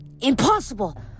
Impossible